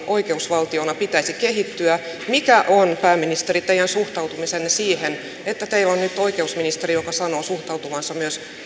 oikeusvaltiona pitäisi kehittyä mikä on pääministeri teidän suhtautumisenne siihen että teillä on nyt oikeusministeri joka sanoo suhtautuvansa